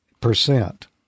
Percent